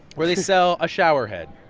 where they sell a showerhead